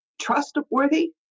trustworthy